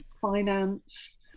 finance